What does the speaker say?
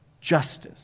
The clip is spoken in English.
justice